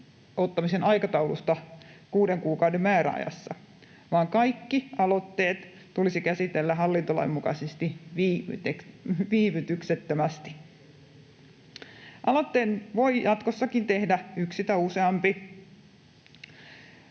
ottamisen aikataulusta kuuden kuukauden määräajassa, vaan kaikki aloitteet tulisi käsitellä hallintolain mukaisesti viivytyksettömästi. Aloitteen voi jatkossakin tehdä yksi tai useampi